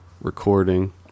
recording